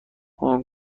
هنگ